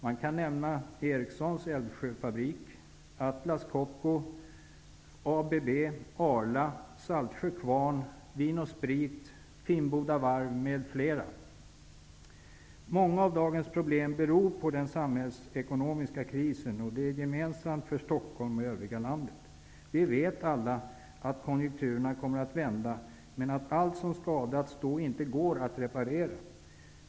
Man kan här nämna Ericssons Älvsjöfabrik, Atlas Många av dagens problem beror på den samhällsekonomiska krisen och är gemensamma för Stockholm och det övriga landet. Vi vet alla att konjunkturerna kommer att vända, men att allt som skadats då inte går att reparera.